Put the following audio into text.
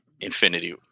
infinity